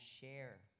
share